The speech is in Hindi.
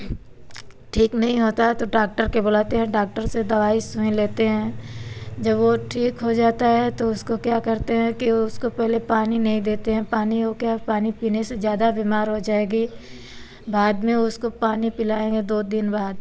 ठीक नहीं होता है तो डॉक्टर को बुलाते हैं डॉक्टर से दवाई सुई लेते हैं जब वह ठीक हो जाता है तो उसको क्या करते हैं कि उसको पहले पानी नहीं देते हैं पानी वह क्या पानी पीने से ज़्यादा बीमार हो जाएगी बाद में उसको पानी पिलाएँगे दो दिन बाद